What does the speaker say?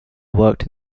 worked